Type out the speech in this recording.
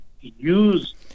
use